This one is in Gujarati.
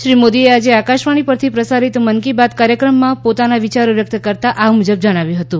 શ્રી મોદીએ આજે આકાશવાણી પરથી પ્રસારિત મનકી બાત કાર્યક્રમમાં પોતાના વિયારો વ્યક્ત કરતાં આ મુજબ જણાવ્યું હતું